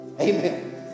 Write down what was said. Amen